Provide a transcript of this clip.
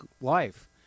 life